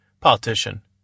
Politician